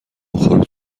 بخوره